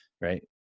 right